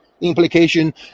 implication